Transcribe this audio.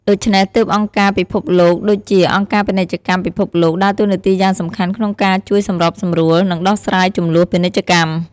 ដូច្នេះទើបអង្គការពិភពលោកដូចជា អង្គការពាណិជ្ជកម្មពិភពលោក ដើរតួនាទីយ៉ាងសំខាន់ក្នុងការជួយសម្របសម្រួល និងដោះស្រាយជម្លោះពាណិជ្ជកម្ម។